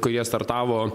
kai jie startavo